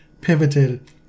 pivoted